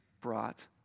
brought